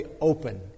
open